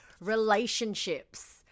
relationships